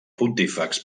pontífex